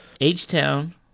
H-Town